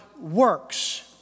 works